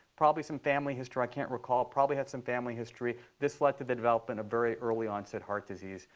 probably some family history i can't recall, probably had some family history this led to the development of very early onset heart disease,